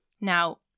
Now